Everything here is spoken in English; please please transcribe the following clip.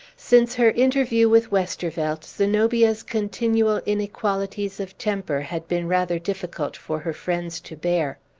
since her interview with westervelt, zenobia's continual inequalities of temper had been rather difficult for her friends to bear.